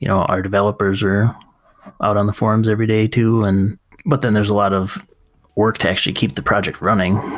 you know our developers are out on the forums every day too, and but then there's a lot of work to actually keep the project running,